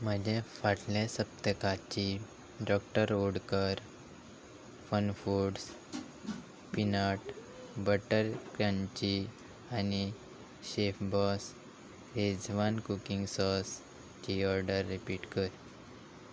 म्हजें फाटले सप्तकाची doctor Oetker FunFoods peanut butter crunchy आनी शेफबॉस रेजवान कुकिंग सॉसची ऑर्डर रिपीट कर